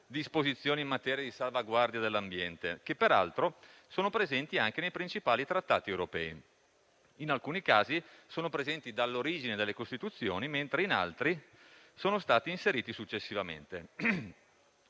disposizioni in materia di salvaguardia dell'ambiente, che peraltro sono presenti anche nei principali trattati europei. In alcuni casi sono presenti dall'origine delle Costituzioni, mentre in altri sono stati inseriti successivamente.